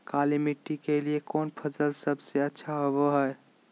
काली मिट्टी के लिए कौन फसल सब से अच्छा होबो हाय?